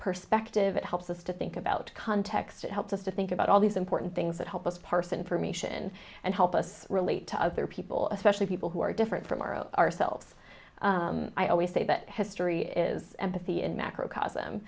perspective it helps us to think about context it helps us to think about all these important things that help us parse information and help us relate to other people especially people who are different from our own ourselves i always say but history is empathy in macro